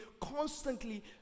constantly